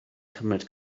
cymryd